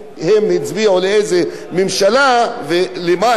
ולמה הם התכוונו קודם ומה הם מבצעים עכשיו.